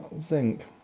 Zinc